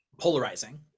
polarizing